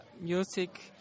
music